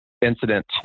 incident